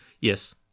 Yes